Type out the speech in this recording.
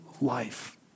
life